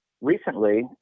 recently